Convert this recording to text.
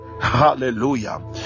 Hallelujah